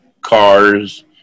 cars